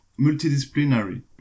multidisciplinary